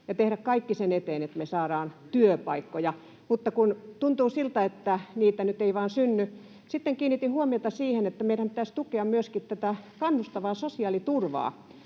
ja tehdä kaikki sen eteen, että me saadaan työpaikkoja. Mutta tuntuu siltä, että niitä nyt ei vain synny. Sitten kiinnitin huomiota siihen, että meidän pitäisi tukea myöskin tätä kannustavaa sosiaaliturvaa.